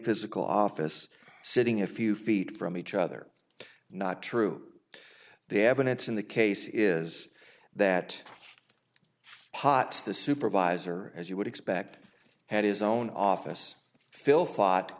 physical office sitting a few feet from each other not true the evidence in the case is that potts the supervisor as you would expect had his own office fill thought